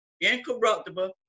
incorruptible